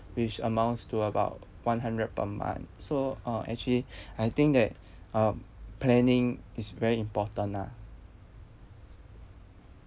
which amounts to about one hundred per month so uh actually I think that um planning is very important lah